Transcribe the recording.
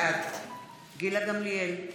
בעד גילה גמליאל,